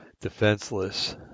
defenseless